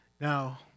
Now